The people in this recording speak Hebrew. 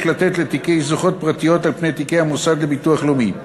לתת לתיקי זוכות פרטיות על תיקי המוסד לביטוח לאומי.